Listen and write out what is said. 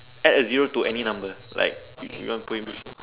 add a zero to any number like you you want to put it which